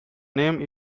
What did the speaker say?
name